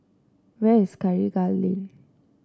where is Karikal Lane